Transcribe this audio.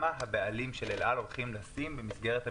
הבעלים של אל על הולכים לשים במסגרת המתווה.